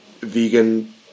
vegan